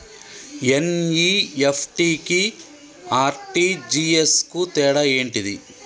NEFT కి RTGS కు తేడా ఏంటిది?